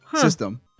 system